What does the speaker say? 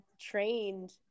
trained